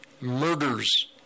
murders